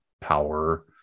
power